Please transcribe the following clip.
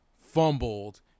fumbled